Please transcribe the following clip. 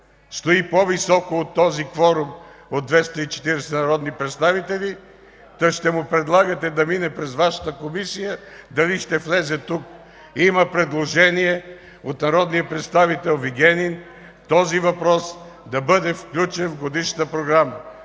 стои по-високо от този кворум от 240 народни представители, та ще му предлагате да мине през Вашата комисия, за да се види дали ще влезе тук?! Има предложение от народния представител Кристиан Вигенин – този въпрос да бъде включен в Годишната програма.